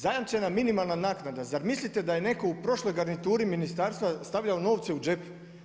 Zajamčena minimalna naknada, zar mislite da je netko u prošloj garnituri ministarstva stavljao novce u džep?